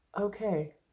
okay